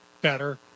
better